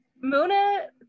Mona